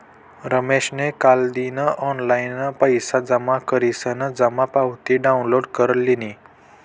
रमेशनी कालदिन ऑनलाईन पैसा जमा करीसन जमा पावती डाउनलोड कर लिनी